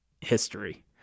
history